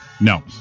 No